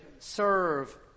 serve